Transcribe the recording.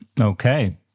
Okay